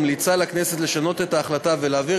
ממליצה לכנסת לשנות את ההחלטה ולהעביר